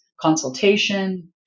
consultation